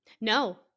no